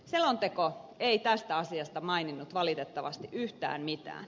selonteko ei tästä asiasta maininnut valitettavasti yhtään mitään